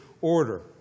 order